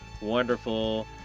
wonderful